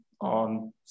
on